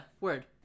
Word